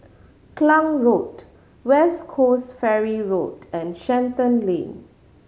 Klang Road West Coast Ferry Road and Shenton Lane